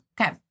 Okay